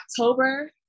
October